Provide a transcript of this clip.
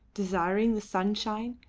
desiring the sunshine,